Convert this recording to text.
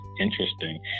interesting